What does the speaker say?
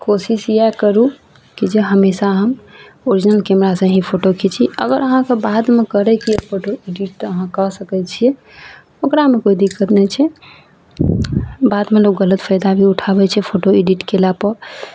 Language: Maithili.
कोशिश इएह करू कि जे हमेशा हम ओरिजिनल कैमरासे ही फोटो खिची अगर अहाँकेँ बादमे करैके यऽ फोटो एडिट तऽ अहाँ कऽ सकै छिए ओकरामे कोइ दिक्कत नहि छै बादमे लोक गलत फैदा भी उठाबै छै फोटो एडिट कएलापर